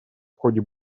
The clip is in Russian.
ходе